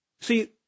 See